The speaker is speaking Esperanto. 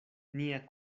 nia